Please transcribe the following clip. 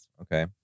okay